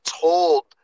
told